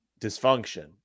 dysfunction